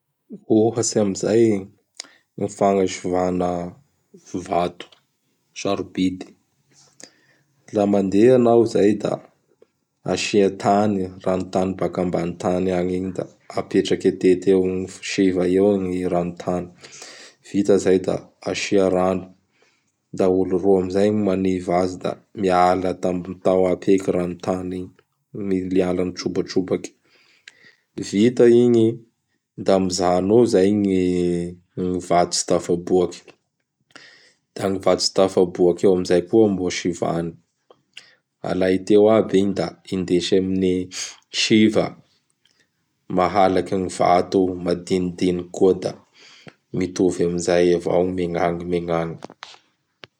Ohatsy amin'izay gny fagnasivagna vato sarobidy. Laha mandeha hanao izay da asia tany, ranotany baka ambany tany agny iny; da apetraky atety eo amin' gn siva eo gn ranotany. Vita izay da asia rano; da olo roa amin'izay gny maniva azy da miala tao aby heky ranotany igny, miala amin' gny trobatrobaky. Vita igny da mijano eo izay gny vato tsy tafaboaky; da gny vato tsy favaboaky eo amin'izay koa mbô sivagny. Alay teo aby igny da indesy amin' gny siva mahalaky gny vato madinidiky koa da mitovy amin'izay avao megnagny megnagny.